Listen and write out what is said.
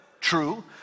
true